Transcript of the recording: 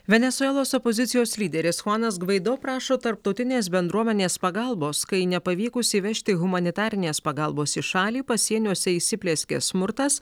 venesuelos opozicijos lyderis huanas gvaido prašo tarptautinės bendruomenės pagalbos kai nepavykus įvežti humanitarinės pagalbos į šalį pasieniuose įsiplieskė smurtas